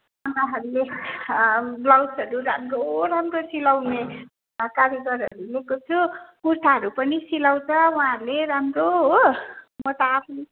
उहाँहरूले ब्लाउजहरू राम्रो राम्रो सिलाउने कारिगरहरू ल्याएको छु कुर्ताहरू पनि सिलाउँछ उहाँहरूले राम्रो हो म त आफ्नो